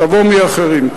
תבוא מאחרים.